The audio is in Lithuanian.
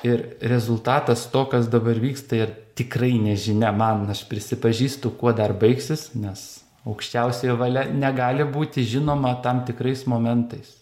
ir rezultatas to kas dabar vyksta ir tikrai nežinia man aš prisipažįstu kuo dar baigsis nes aukščiausiojo valia negali būti žinoma tam tikrais momentais